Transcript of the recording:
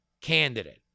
candidate